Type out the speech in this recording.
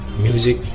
Music